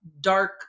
dark